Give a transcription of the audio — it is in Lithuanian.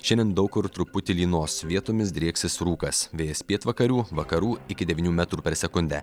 šiandien daug kur truputį lynos vietomis drieksis rūkas vėjas pietvakarių vakarų iki devynių metrų per sekundę